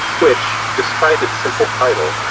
which, despite it's simple title,